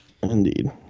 Indeed